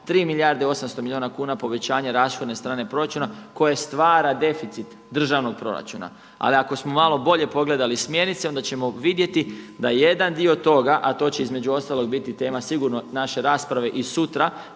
3 milijarde 800 milijuna kuna povećanja rashodne strane proračuna koje stvara deficit državnog proračuna. Ali ako smo malo bolje pogledali smjernice onda ćemo vidjeti da jedan dio toga, a to će između ostalog biti tema sigurno naše rasprave i sutra